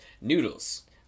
Noodles